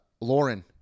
Lauren